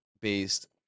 based